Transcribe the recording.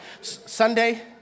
Sunday